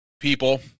people